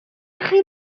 chi